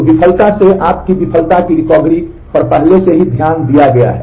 तो विफलता से आपकी विफलता की रिकवरी पर पहले से ही ध्यान दिया जाता है